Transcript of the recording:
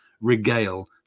regale